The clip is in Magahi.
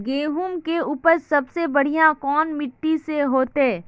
गेहूम के उपज सबसे बढ़िया कौन माटी में होते?